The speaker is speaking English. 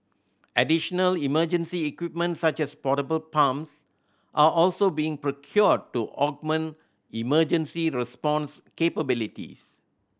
additional emergency equipment such as portable pumps are also being procured to augment emergency response capabilities